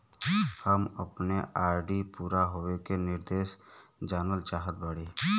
हम अपने आर.डी पूरा होवे के निर्देश जानल चाहत बाटी